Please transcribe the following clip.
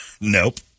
Nope